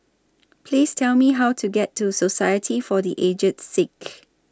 Please Tell Me How to get to Society For The Aged Sick